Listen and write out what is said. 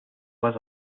was